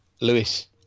Lewis